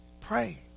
Pray